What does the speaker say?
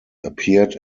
appeared